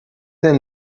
elle